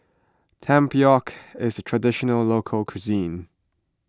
Tempoyak is a Traditional Local Cuisine